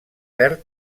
verd